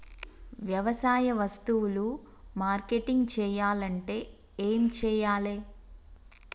వ్యవసాయ వస్తువులు మార్కెటింగ్ చెయ్యాలంటే ఏం చెయ్యాలే?